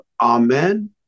Amen